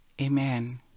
Amen